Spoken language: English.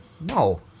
No